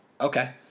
Okay